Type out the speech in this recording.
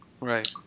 Right